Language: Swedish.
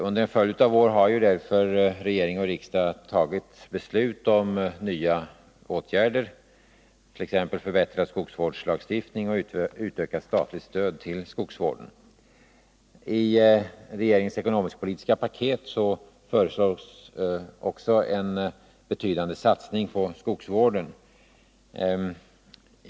Under en följd av år har därför regering och riksdag fattat beslut om nya åtgärder, t.ex. förbättrad skogsvårdslagstiftning och utökat statligt stöd till skogsvården. I regeringens ekonomisk-politiska paket föreslås också en betydande satsning på skogsvården.